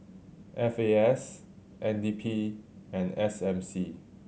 F A S N D P and S M C